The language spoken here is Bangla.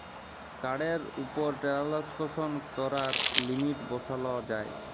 কাড়ের উপর টেরাল্সাকশন ক্যরার লিমিট বসাল যায়